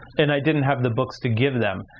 and i didn't have the books to give them.